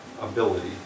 ability